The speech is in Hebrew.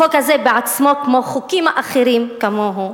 החוק הזה בעצמו, כמו חוקים אחרים כמוהו,